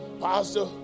Pastor